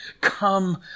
come